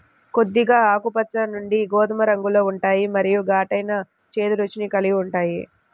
కొద్దిగా ఆకుపచ్చ నుండి గోధుమ రంగులో ఉంటాయి మరియు ఘాటైన, చేదు రుచిని కలిగి ఉంటాయి